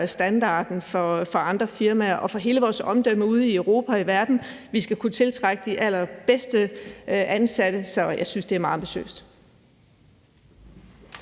standarden for andre firmaer og for hele vores omdømme ude i Europa og i verden. Vi skal kunne tiltrække de allerbedste ansatte, så jeg synes, det er meget ambitiøst.